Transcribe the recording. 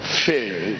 fail